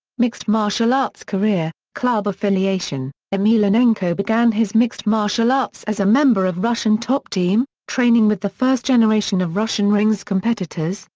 mixed martial arts career club affiliation emelianenko began his mixed martial arts as a member of russian top team, training with the first generation of russian rings competitors,